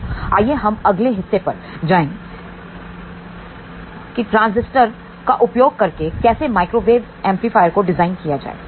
तो आइए हम अगले हिस्से पर जाएं कि ट्रांजिस्टर का उपयोग करके कैसे माइक्रोवेव एम्पलीफायर को डिजाइन किया जाए